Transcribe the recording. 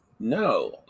No